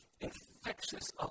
infectious